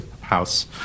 house